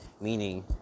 Meaning